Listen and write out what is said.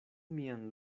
mian